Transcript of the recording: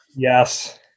Yes